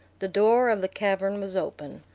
the door of the cavern was open.